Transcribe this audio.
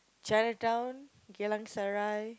Chinatown Geylang-Serai